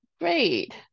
great